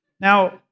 Now